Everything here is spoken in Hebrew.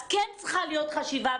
אז כן צריכה להיות חשיבה,